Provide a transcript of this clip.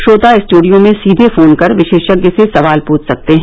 श्रोता स्टूडियो में सीधे फोन कर विशेषज्ञ से सवाल पूछ सकते हैं